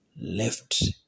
left